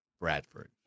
Bradford